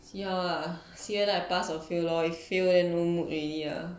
see how lah see whether I pass or fail lor if fail then no mood already ah